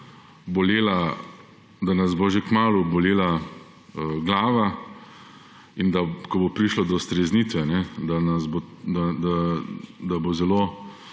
bojim, da nas bo že kmalu bolela glava in da bo, ko bo prišlo do streznitve, zelo